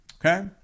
Okay